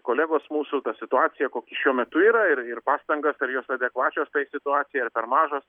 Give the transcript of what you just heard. kolegos mūsų situaciją kokia šiuo metu yra ir ir pastangas ar jos adekvačios tai situacijai ar per mažos